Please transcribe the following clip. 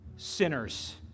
Sinners